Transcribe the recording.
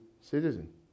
citizen